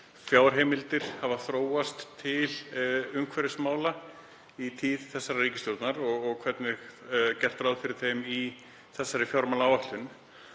fjárheimildir hafa þróast til umhverfismála í tíð þessarar ríkisstjórnar og hvernig gert er ráð fyrir þeim í fjármálaáætlun.